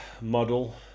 model